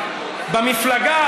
במפלגה,